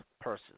persons